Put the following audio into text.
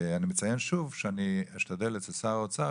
אני מציין שוב שאני אשתדל אצל שר האוצר